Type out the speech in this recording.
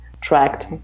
tracked